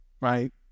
right